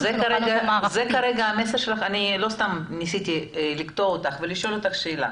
לא סתם ניסיתי לקטוע אותך ולשאול אותך שאלה